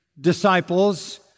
disciples